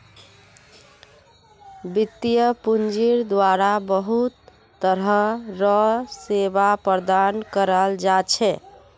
वित्तीय पूंजिर द्वारा बहुत तरह र सेवा प्रदान कराल जा छे